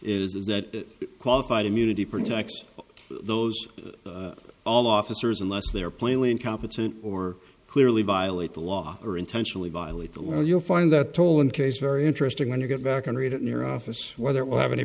is that qualified immunity protects those all officers unless they're plainly incompetent or clearly violate the law or intentionally violate the law or you'll find that toll in case very interesting when you get back and read it in your office whether it will have any